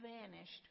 vanished